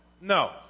No